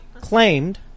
claimed